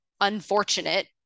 unfortunate